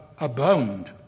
abound